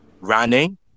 running